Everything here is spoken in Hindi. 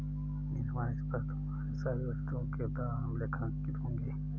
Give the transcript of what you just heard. इन्वॉइस पर तुम्हारे सारी वस्तुओं के दाम लेखांकित होंगे